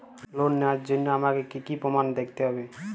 Loan নেওয়ার জন্য আমাকে কী কী প্রমাণ দেখতে হবে?